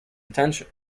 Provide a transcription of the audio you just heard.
attention